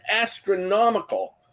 astronomical